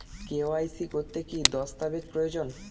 KYC করতে কি দস্তাবেজ প্রয়োজন?